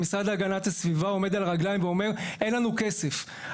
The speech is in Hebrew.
המשרד להגנת הסביבה עומד על הרגליים ואומר שאין להם כסף,